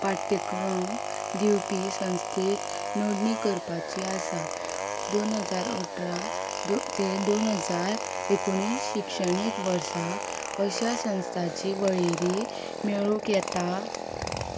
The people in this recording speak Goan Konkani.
पाठ्यक्रम दिवपी संस्थेंत नोंदणी करपाची आसा दोन हजार अठरा ते दोन हजार एकोणीस शिक्षणीक वर्सा अशा संस्थांची वळेरी मेळूंक येता